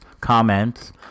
comments